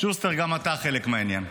שוסטר, גם אתה חלק מהעניין.